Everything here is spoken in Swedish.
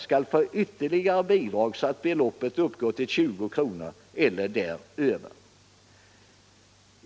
skall få ett ytterligare bidrag så att beloppet uppgår till 20 kr. eller däröver.